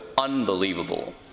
Unbelievable